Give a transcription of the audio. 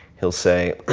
he'll say,